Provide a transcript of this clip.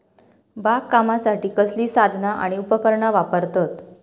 बागकामासाठी कसली साधना आणि उपकरणा वापरतत?